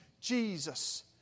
Jesus